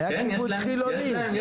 היה קיבוץ חילוני.